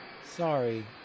Sorry